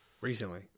Recently